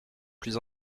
plus